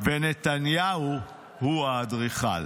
ונתניהו הוא האדריכל.